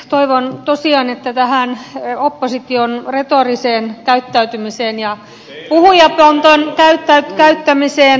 toivon tosiaan että tähän opposition retoriseen käyttäytymiseen ja julia tai näyttämiseen